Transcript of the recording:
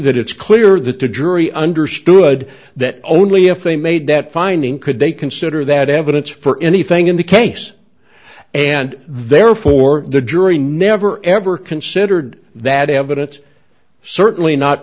that it's clear that the jury understood that only if they made that finding could they consider that evidence for anything in the case and therefore the jury never ever considered that evidence certainly not